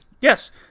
Yes